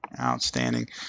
outstanding